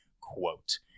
quote